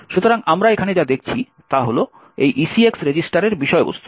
সুতরাং আমরা এখানে যা দেখছি তা হল এই ECX রেজিস্টারের বিষয়বস্তু